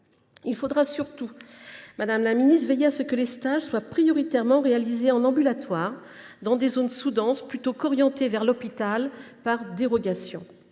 Il conviendra surtout, madame la ministre, de veiller à ce que les stages afférents soient prioritairement réalisés en ambulatoire dans des zones sous denses, plutôt qu’orientés vers l’hôpital par dérogation.